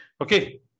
Okay